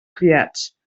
criats